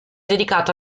dedicato